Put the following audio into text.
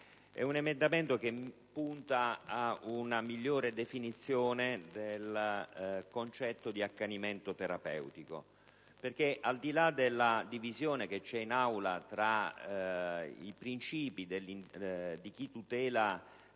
È un emendamento che punta ad una migliore definizione del concetto di accanimento terapeutico. Al di là della divisione che c'è in Aula tra chi tutela